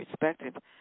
perspective